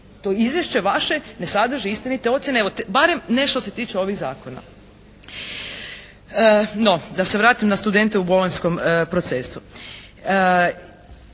To izvješće vaše ne sadrži istinite ocjene evo barem ne što se tiče ovih zakona. No da se vratim na studente u bolonjskom procesu.